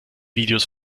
videos